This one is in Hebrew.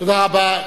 תודה רבה.